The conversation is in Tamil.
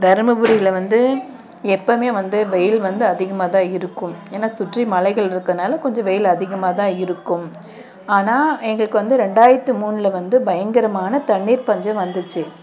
தருமபுரியில வந்து எப்பவுமே வந்து வெயில் வந்து அதிகமாக தான் இருக்கும் ஏன்னா சுற்றி மலைகள் இருக்கனால் கொஞ்சம் வெயில் அதிகமாக தான் இருக்கும் ஆனால் எங்களுக்கு வந்து ரெண்டாயித்து மூணுல வந்து பயங்கரமான தண்ணீர் பஞ்சம் வந்துச்சு